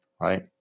Right